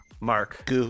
Mark